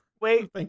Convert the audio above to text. Wait